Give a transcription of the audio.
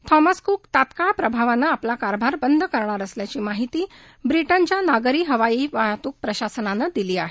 Thomas Cook तात्काळ प्रभावानं आपला कारभार बंद करणार असल्याची माहिती ब्रिटनच्या नागरी हवाई वाहतूक प्रशासनानं दिली आहे